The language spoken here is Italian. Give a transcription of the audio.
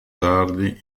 tardi